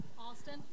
Austin